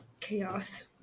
Chaos